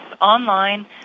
online